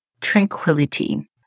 tranquility